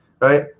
Right